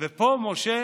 ופה משה